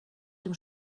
dem